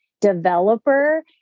Developer